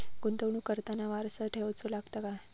गुंतवणूक करताना वारसा ठेवचो लागता काय?